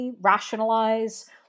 rationalize